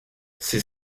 ses